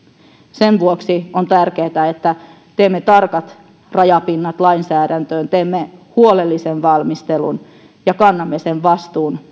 sen vuoksi on tärkeää että teemme tarkat rajapinnat lainsäädäntöön teemme huolellisen valmistelun ja kannamme sen vastuun